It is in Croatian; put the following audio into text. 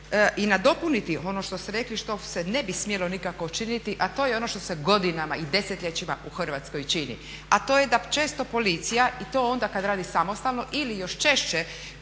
i nadopuniti ono što ste rekli što se ne bi smjelo nikako činiti a to je ono što se godinama i desetljećima u Hrvatskoj čini a to je da često policija i to onda kada radi samostalno ili još češće